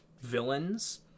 villains